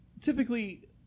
typically